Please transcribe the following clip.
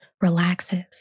relaxes